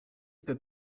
peut